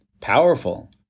Powerful